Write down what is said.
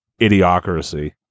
idiocracy